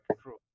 true